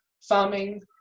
farming